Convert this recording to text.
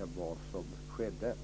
än vad som skedde.